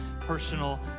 personal